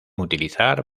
utilizar